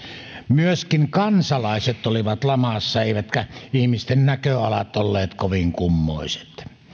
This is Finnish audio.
myöskin kansalaiset olivat lamassa eivätkä ihmisten näköalat olleet kovin kummoiset